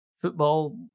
football